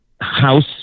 house